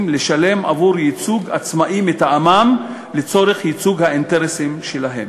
לשלם עבור ייצוג עצמאי מטעמם לצורך ייצוג האינטרסים שלהם.